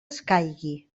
escaigui